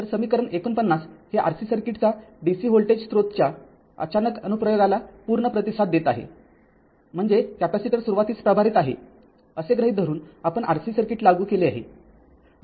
तर समीकरण ४९ हे Rc सर्किटचा dc व्होल्टेज स्रोतच्या अचानक अनुप्रयोगाला पूर्ण प्रतिसाद देत आहे म्हणजे कॅपेसिटर सुरुवातीस प्रभारित आहे असे गृहीत धरून आपण Rc सर्किट लागू केले आहे